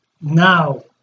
now